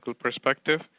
perspective